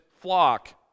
flock